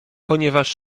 ponieważ